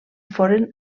foren